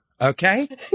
okay